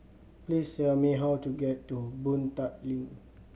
please tell me how to get to Boon Tat Link